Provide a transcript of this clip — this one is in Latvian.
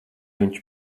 viņš